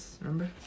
Remember